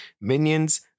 Minions